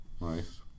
Nice